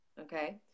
okay